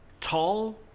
Tall